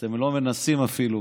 אתם לא מנסים אפילו